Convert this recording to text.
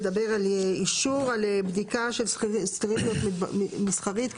לדבר על אישור על בדיקה של סטריליות מסחרית?